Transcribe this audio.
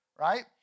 right